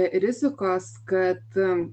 rizikos kad